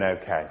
okay